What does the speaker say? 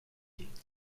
gained